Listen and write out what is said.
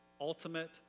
ultimate